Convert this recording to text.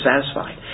satisfied